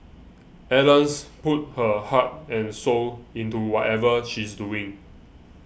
Ellen's puts her heart and soul into whatever she's doing